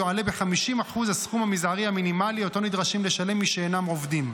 יועלה ב-50% הסכום המזערי המינימלי אותו נדרשים לשלם מי שאינם עובדים.